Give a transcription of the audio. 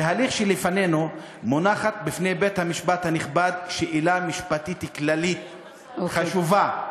בהליך שבפנינו מונחת בפני בית-המשפט הנכבד שאלה משפטית כללית חשובה,